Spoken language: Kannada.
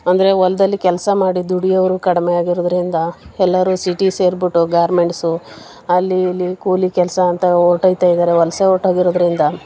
ಅಂದರೆ ಹೊಲ್ದಲ್ಲಿ ಕೆಲಸ ಮಾಡಿ ದುಡಿಯೋವರು ಕಡಿಮೆ ಆಗಿರೋದರಿಂದ ಎಲ್ಲರೂ ಸಿಟಿ ಸೇರ್ಬಿಟ್ಟು ಗಾರ್ಮೆಂಟ್ಸು ಅಲ್ಲಿ ಇಲ್ಲಿ ಕೂಲಿ ಕೆಲಸ ಅಂತ ಹೊರ್ಟೋಯ್ತಾ ಇದ್ದಾರೆ ವಲಸೆ ಹೊರ್ಟೋಗಿರೋದ್ರಿಂದ